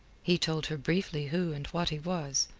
he told her briefly who and what he was,